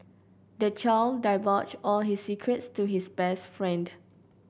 the child divulged all his secrets to his best friend